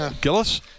Gillis